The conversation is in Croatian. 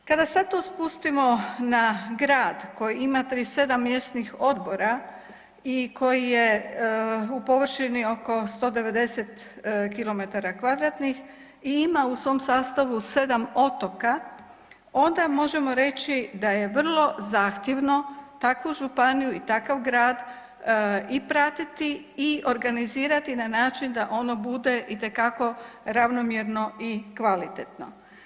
Kada sad to spustimo na grad koji ima 37 mjesnih odbora i koji je u površini oko 190 km2 i ima u svom sastavu 7 otoka onda možemo reći da je vrlo zahtjevno takvu županiju i takav grad i pratiti i organizirati na način da ono bude itekako ravnomjerno i kvalitetno.